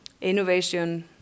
innovation